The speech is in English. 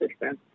system